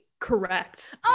Correct